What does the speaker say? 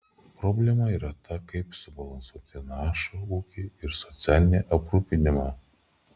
problema yra ta kaip subalansuoti našų ūkį ir socialinį aprūpinimą